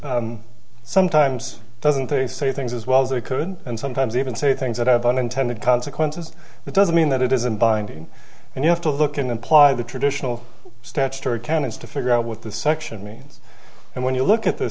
congress sometimes doesn't they say things as well as they could and sometimes even say things that have unintended consequences that doesn't mean that it isn't binding and you have to look in imply the traditional statutory canons to figure out what the section means and when you look at the